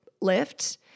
lift